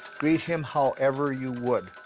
greet him however you would,